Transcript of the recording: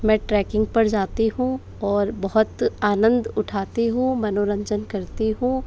मैं ट्रैकिंग पर जाती हूँ और बहुत आनंद उठाती हूँ मनोरंजन करती हूँ